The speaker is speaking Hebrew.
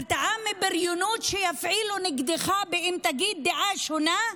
הרתעה מבריונות שיפעילו נגדך אם תגיד דעה שונה?